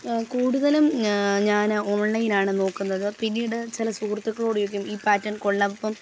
കൂടുതലും ഞാൻ ഓൺലൈൻ ആണ് നോക്കുന്നത് പിന്നീട് ചില സുഹൃത്തുക്കളോട് ചോദിക്കും ഈ പാറ്റേൺ കൊള്ളാം അപ്പം